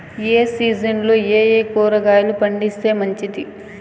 ఏ సీజన్లలో ఏయే కూరగాయలు పండిస్తే మంచిది